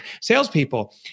salespeople